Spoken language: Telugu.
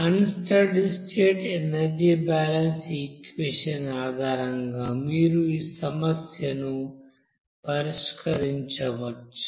అన్ study state energy balance equation ఆధారంగా మీరు ఈ సమస్యను పరిష్కరించవచ్చు